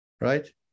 right